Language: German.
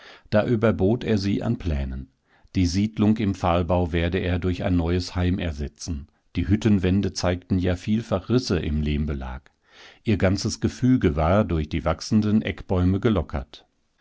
da überbot er sie an plänen die siedlung im pfahlbau werde er durch ein neues heim ersetzen die hüttenwände zeigten ja vielfach risse im lehmbelag ihr ganzes gefüge war durch die wachsenden eckbäume gelockert